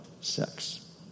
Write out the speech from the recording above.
sex